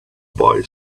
boy